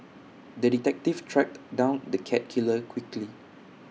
the detective tracked down the cat killer quickly